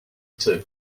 two